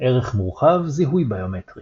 ערך מורחב – זיהוי ביומטרי